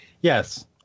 yes